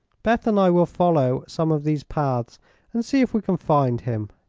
beth and i will follow some of these paths and see if we can find him.